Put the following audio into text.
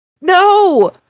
No